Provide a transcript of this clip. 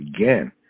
again